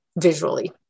visually